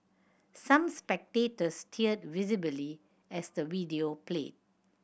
some spectators teared visibly as the video played